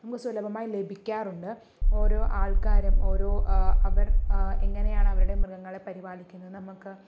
ഇന്ന് സുലഭമായി ലഭിക്കാറുണ്ട് ഓരോ ആൾക്കാരും ഓരോ അവർ എങ്ങനെയാണ് അവരുടെ മൃഗങ്ങളെ പരിപാലിക്കുന്നത് നമുക്ക്